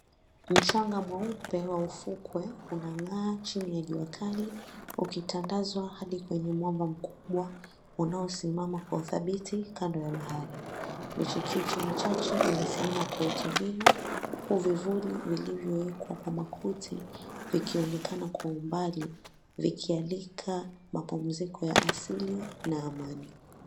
Mchanga mweupe wa ufukwe unang'aa chini ya jua kali ukitandazwa hadi kwenye mwamba mkubwa unaosimama kwa udhabithi kando ya bahari. Michikiche michache imesimama kwa utulivu huku miti vivuli vilivyowekwa kwa makuti vikionekana kwa umbali vikialika mapumziko ya asili na amani.